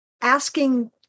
asking